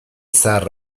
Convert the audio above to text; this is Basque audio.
zahar